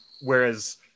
Whereas